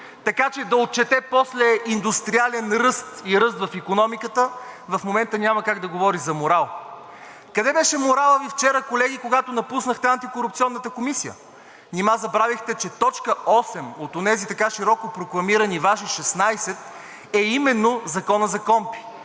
така че да отчете после индустриален ръст и ръст в икономиката, в момента няма как да говори за морал. Къде беше моралът Ви вчера, колеги, когато напуснахте Антикорупционната комисия? Нима забравихте, че точка осем от онези така широко прокламирани Ваши 16 е именно Законът за